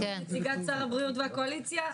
נציגת משרד הבריאות והקואליציה.